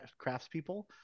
craftspeople